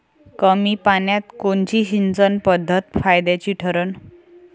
कमी पान्यात कोनची सिंचन पद्धत फायद्याची ठरन?